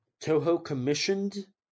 Toho-commissioned